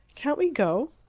can't we go?